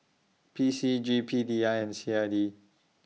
P C G P D I and C I D